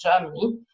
Germany